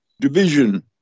division